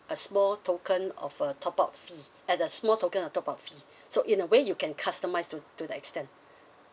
a small token of a top up fee at a small token of top up fee so in a way you can customise to to that extent